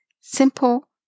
Simple